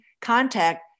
contact